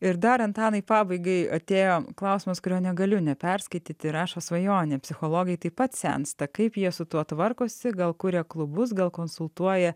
ir dar antanai pabaigai atėjo klausimas kurio negaliu neperskaityti rašo svajonė psichologai taip pat sensta kaip jie su tuo tvarkosi gal kuria klubus gal konsultuoja